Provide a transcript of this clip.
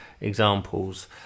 examples